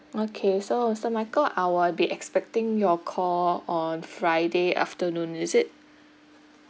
okay so mister michael I will be expecting your call on friday afternoon is it